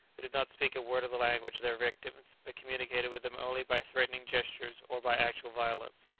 who did not speak a word of the language of their victims, but communicated with them only by threatening gestures or by actual violence.